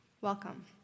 Welcome